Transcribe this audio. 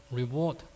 reward